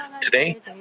Today